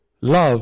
love